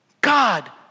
God